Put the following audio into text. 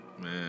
Man